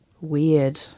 weird